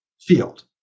field